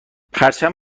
پرچم